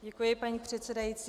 Děkuji, paní předsedající.